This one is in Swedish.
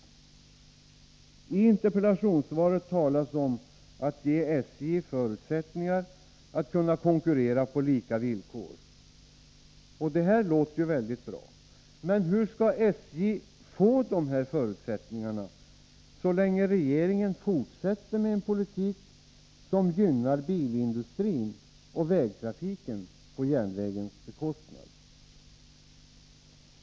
I interpellationssvaret talas det om att ge SJ förutsättningar att konkurrera på lika villkor. Detta låter ju väldigt bra, men hur skall SJ få dessa förutsättningar så länge som regeringen fortsätter med en politik som gynnar bilindustrin och vägtrafiken på järnvägens bekostnad?